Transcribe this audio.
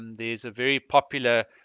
there's a very popular